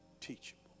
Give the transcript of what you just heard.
teachable